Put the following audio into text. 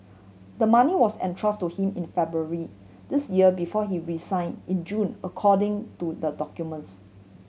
the money was entrust to him in February this year before he resign in June according to the documents